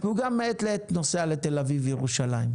והוא גם מעת לעת נוסע לתל אביב וירושלים.